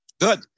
Good